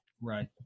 Right